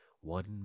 one